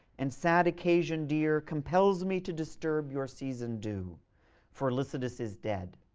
and sad occasion dear, compels me to disturb your season due for lycidas is dead,